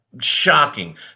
shocking